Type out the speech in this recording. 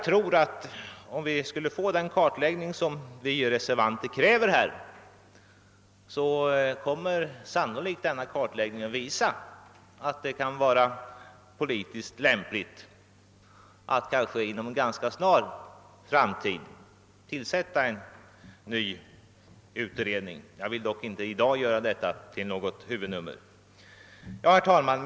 En sådan kartläggning av problemen som vi reservanter kräver skulle nog visa att det kan vara politiskt lämpligt att måhända inom en ganska snar framtid igångsätta en ny utredning. Jag vill dock inte i dag göra denna fråga till något huvudnummer. Herr talman!